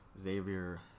xavier